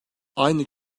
aynı